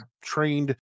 trained